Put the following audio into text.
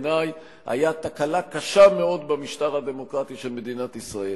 היה תקלה קשה מאוד במשטר הדמוקרטי של מדינת ישראל.